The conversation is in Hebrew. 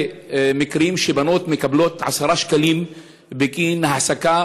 מקרים שבנות מקבלות 10 שקלים בגין העסקה,